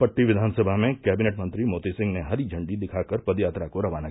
पट्टी विधान समा में कैबिनेट मंत्री मोती सिंह ने हरी झंडी दिखाकर पद यात्रा को किया रवाना